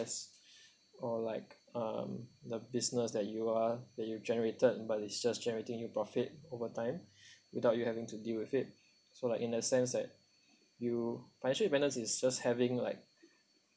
cause or like um the business that you are that you generated but it's just generating you profit over time without you having to deal with it so like in a sense that you financial independence is just having like